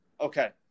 Okay